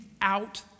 out